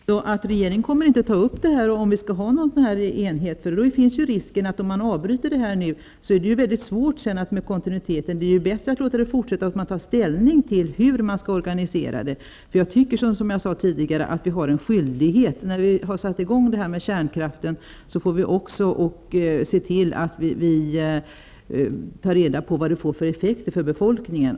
Fru talman! Regeringen kommer alltså inte att ta upp frågan om vi skall ha en sådan här enhet? Risken är ju att det blir väldigt svårt att få en kontinuitet om man avbryter verksamheten nu. Det är bättre att låta verksamheten fortsätta och att ta ställning till hur man skall organisera den. Som jag sade tidigare tycker jag att vi har en skyldighet att ta reda på vad kärnkraften får för effekter på befolkningen, när vi nu har satt i gång den.